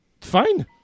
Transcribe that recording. Fine